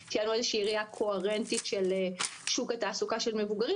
תהיה לנו איזו שהיא ראיה קוהרנטית של שוק התעסוקה של מבוגרים,